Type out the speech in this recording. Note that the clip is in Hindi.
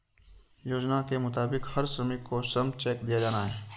योजना के मुताबिक हर श्रमिक को श्रम चेक दिया जाना हैं